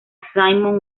simon